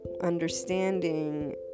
understanding